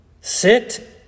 Sit